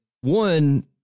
One